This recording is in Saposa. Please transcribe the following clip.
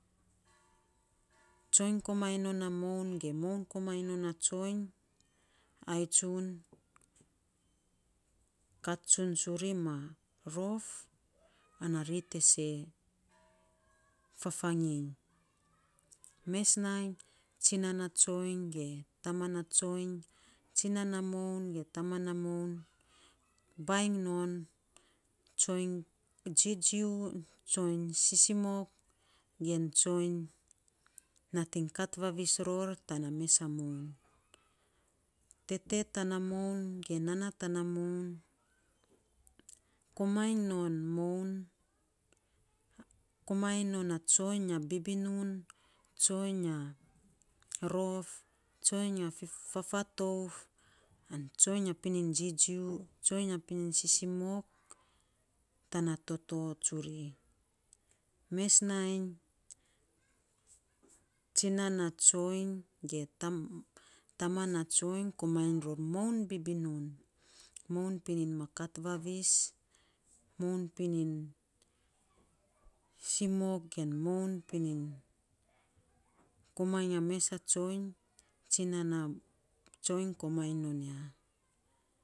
Tsoiny komainy non na moun ge, moun komainy non na tsoiny, ain tsun kat tsun tsuri ma rof ana ri te see fafaging. Mes nainy tsinan na tsoiny ge taman na tsoiny, tsinan na moun ge taman na moun bainy non tsoiny, jijiu, tsoiny sisimok, gen tsoiny nating kat vavis ror tana mes a moun tete tana moun ge nanaa tana moun komainy non moun komainy non na tsoiny a bibinun tsoiny a rof, tsoiny a fafatouf an tsoiny a pining jiu, tsoiny a pining jijiu tana toto tsuri, mes nainy tsinan a tsoiny ge taman na tsoiny, komainy ror moun bibinan, ping ma kat vavis, moun pining simok ge moun pining komainy a mes a tsoiny, tsinan na tsoiny komainy non ya